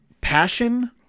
passion